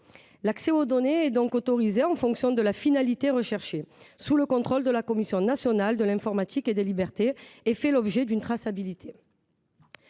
L’accès aux données est donc autorisé en fonction de la finalité recherchée, sous le contrôle de la Commission nationale de l’informatique et des libertés (Cnil), et fait l’objet d’une traçabilité.